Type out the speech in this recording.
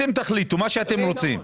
אתם תחליטו מה שאתם רוצים.